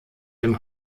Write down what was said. dem